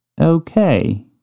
Okay